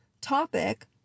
topic